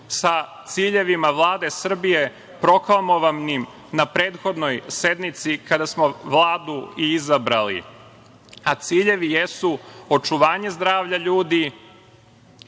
sa ciljevima Vlade Srbije, proklamovanim na prethodnoj sednici kada smo Vladu i izabrali, a ciljevi jesu očuvanje zdravlja ljudi